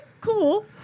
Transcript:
cool